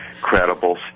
credible